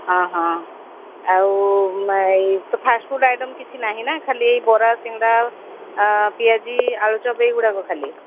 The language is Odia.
ଅ ହଁ ଆଉ ଏଇ ଫାଷ୍ଟ ଫୁଡ଼ ଆଇଟମ୍ କିଛି ନାହିଁ ନା ଖାଲି ଏଇ ବରା ସିଙ୍ଗଡ଼ା ପିଆଜି ଆଳୁଚପ ଏଇ ଗୁଡ଼ାକ ଖାଲି